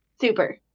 super